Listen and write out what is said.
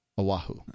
Oahu